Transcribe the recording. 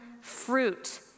fruit